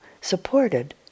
supported